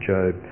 Job